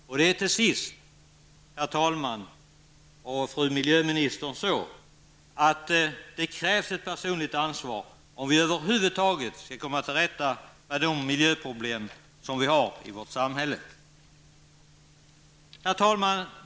Till sist är det så, herr talman och fru miljöminister, att det krävs ett personligt ansvar om vi över huvud taget skall kunna komma till rätta med de miljöproblem som vi har i vårt samhälle. Herr talman!